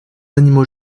animaux